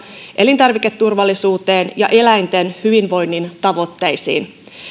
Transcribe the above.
elintarviketurvallisuuteen ja eläinten hyvinvoinnin tavoitteisiin